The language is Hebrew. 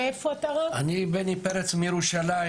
אני בני פרץ מירושלים,